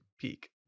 peak